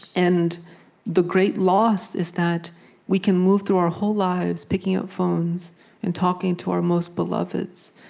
and the great loss is that we can move through our whole lives, picking up phones and talking to our most beloveds,